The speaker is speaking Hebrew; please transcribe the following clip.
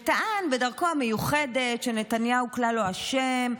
וטוען בדרכו המיוחדת שנתניהו כלל לא אשם,